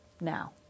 now